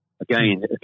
Again